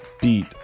beat